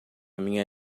minha